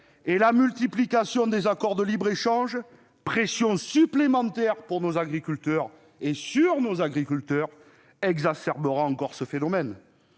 La multiplication des accords de libre-échange, pression supplémentaire pour nos agriculteurs, et sur eux, exacerbera encore ce phénomène.